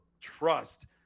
trust